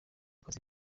kazi